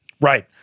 Right